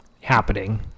happening